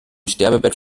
sterbebett